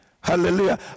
Hallelujah